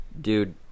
Dude